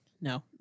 No